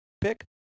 pick